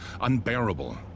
unbearable